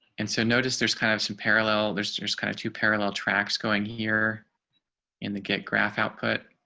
and so notice there's kind of some parallel there's there's kind of two parallel tracks going here in the get graph output.